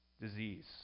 disease